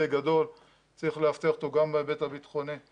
גדול צריך לאבטח אותו גם בהיבט הביטחוני,